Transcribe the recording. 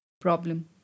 problem